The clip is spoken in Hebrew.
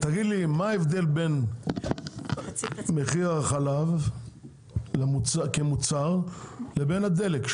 מה ההבדל בין מחיר החלב כמוצר, לבין הדלק?